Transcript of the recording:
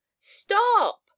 Stop